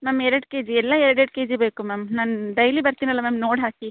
ma'am ಎರಡು K G ಎಲ್ಲ ಎಲ್ಲ ಎರಡು ಎರಡು ಕೆ ಜಿ ಬೇಕು ಮ್ಯಾಮ್ ನಾನು ಡೈಲಿ ಬರ್ತೀನಲ್ವ ಮ್ಯಾಮ್ ನೋಡಿ ಹಾಕಿ